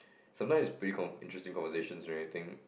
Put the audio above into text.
sometimes it's pretty con~ interesting conversation and everything